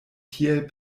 tiel